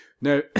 Now